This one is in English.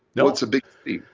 no, it's a big city.